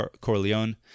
Corleone